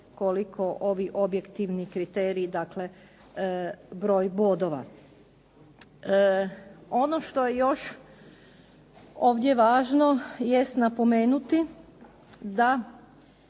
koliko ovi objektivni kriteriji, dakle broj bodova. Ono što je još ovdje važno jest napomenuti da